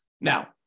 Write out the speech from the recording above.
Now